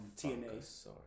TNA